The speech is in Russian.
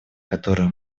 которую